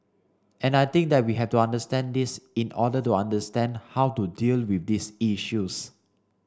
and I think that we have to understand this in order to understand how to deal with these issues